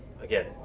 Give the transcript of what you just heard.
again